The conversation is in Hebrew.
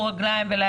יכולה